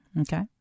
okay